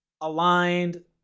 aligned